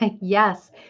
Yes